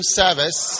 service